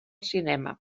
cinema